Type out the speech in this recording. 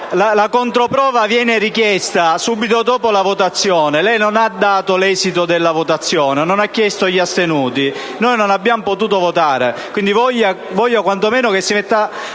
La controprova viene richiesta subito dopo la votazione. Lei non ha dato l'esito della votazione e non ha chiesto gli astenuti. Noi non abbiamo potuto votare, e vorrei che rimanga